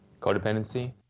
Codependency